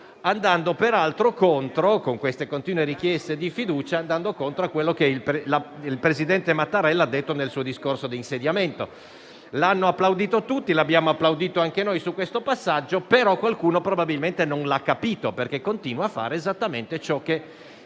andando peraltro contro, con le continue richieste di fiducia, a quello che il presidente Mattarella ha detto nel suo discorso di insediamento. Lo hanno applaudito tutti e anche noi l'abbiamo applaudito su questo passaggio. Qualcuno, però, probabilmente non lo ha capito, perché continua a fare esattamente ciò che